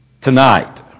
tonight